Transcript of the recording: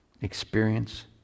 experience